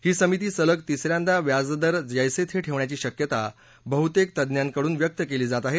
ही समिती सलग तिसऱ्यांदा व्याजदर जैसे थे ठेवण्याची शक्यता बहुतेक तज्ञांकडून व्यक्त केली जात आहे